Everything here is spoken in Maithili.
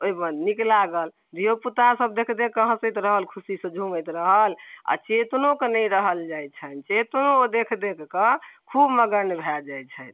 ओहिपर नीक लागल धिओपुतासब देखि देखिकऽ हँसैत रहल खुशीसँ झुमैत रहल आओर चेतनोके नहि रहल जाइ छनि चेतनो ओ देखि देखिकऽ खूब मगन भऽ जाइत छथि